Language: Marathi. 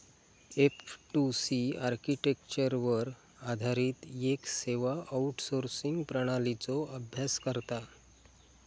एफ.टू.सी आर्किटेक्चरवर आधारित येक सेवा आउटसोर्सिंग प्रणालीचो अभ्यास करता